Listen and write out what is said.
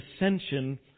ascension